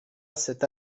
cette